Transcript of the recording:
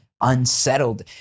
unsettled